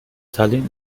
tallinn